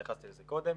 התייחסתי לזה קודם,